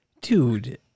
Dude